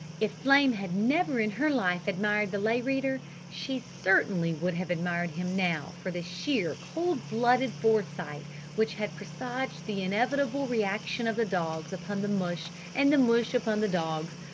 if flame had never in her life admired the lay reader she certainly would have admired him now for the sheer cold-blooded foresight which had presaged the inevitable reaction of the dogs upon the mush and the mush upon the dogs.